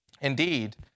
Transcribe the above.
Indeed